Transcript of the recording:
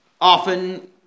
Often